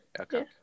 Okay